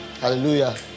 Hallelujah